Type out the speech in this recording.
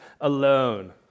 alone